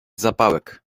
zapałek